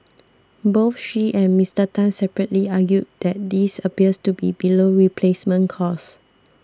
both she and Mister Tan separately argued that this appears to be below replacement cost